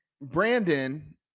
brandon